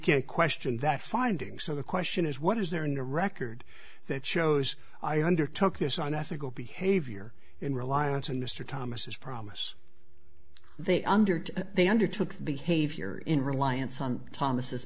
can't question that finding so the question is what is there in the record that shows i undertook this on ethical behavior in reliance on mr thomas's promise they under they undertook behavior in reliance on thomas